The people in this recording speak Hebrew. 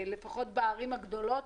לפחות בערים הגדולות,